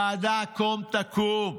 ועדה קום תקום,